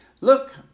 Look